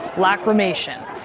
lachrymation,